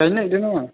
गायनो नागिरदों नामा